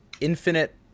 Infinite